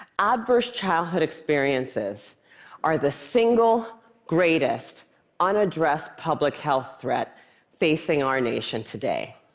adverse childhood experiences are the single greatest unaddressed public health threat facing our nation today.